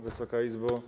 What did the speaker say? Wysoka Izbo!